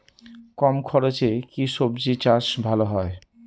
কম খরচে কি সবজি চাষ ভালো হয়?